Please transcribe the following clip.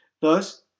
Thus